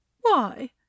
Why